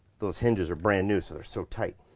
those hinges are brand new, so they're so tight.